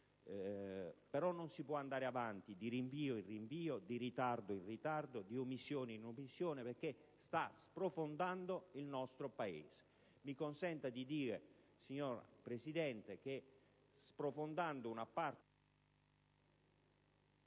però non si può andare avanti di rinvio in rinvio, di ritardo in ritardo, di omissione in omissione, perché sta sprofondando il nostro Paese. Mi consenta di concludere, signora Presidente, che, sprofondando una parte